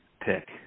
pick